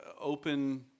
Open